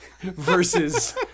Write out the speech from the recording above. Versus